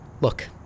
Look